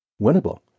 winnable